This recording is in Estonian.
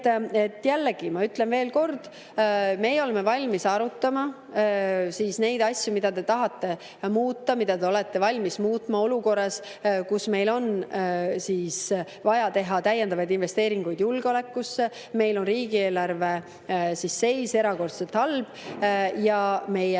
jällegi, ma ütlen veel kord: me oleme valmis arutama neid asju, mida te tahate muuta, mida te olete valmis muutma olukorras, kus meil on vaja teha täiendavaid investeeringuid julgeolekusse. Meil on riigieelarve seis erakordselt halb, aga meie